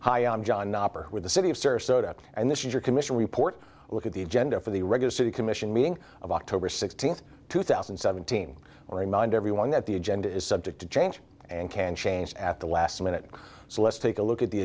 hi i'm john with the city of surf soda and this is your commission report look at the agenda for the regular city commission meeting of october sixteenth two thousand and seventeen or remind everyone that the agenda is subject to change and can change at the last minute so let's take a look at the